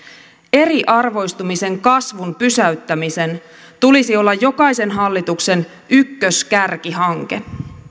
eriarvoistumisen kasvun pysäyttämisen tulisi olla jokaisen hallituksen ykköskärkihanke